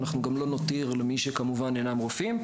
אנחנו גם לא נתיר למי שאינם רופאים.